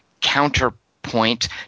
counterpoint